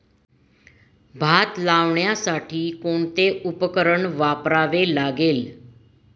भात लावण्यासाठी कोणते उपकरण वापरावे लागेल?